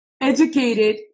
educated